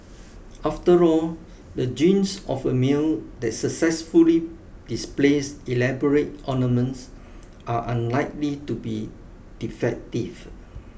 after all the genes of a male that successfully displays elaborate ornaments are unlikely to be defective